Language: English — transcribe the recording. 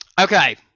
Okay